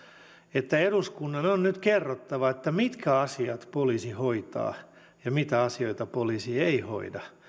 että eduskunnan on nyt kerrottava mitkä asiat poliisi hoitaa ja mitä asioita poliisi ei hoida